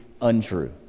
untrue